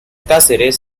cáceres